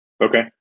Okay